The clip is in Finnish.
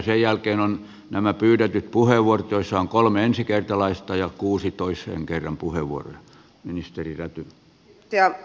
sen jälkeen on nämä pyydetyt puheenvuorot joissa on kolme ensikertalaista ja kuusi toisen kerran puheenvuoroa